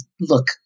look